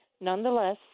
nonetheless